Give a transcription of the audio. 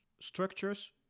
structures